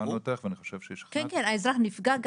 כן, כן, האזרח נפגע.